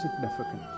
significant